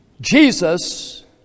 Jesus